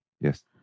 Yes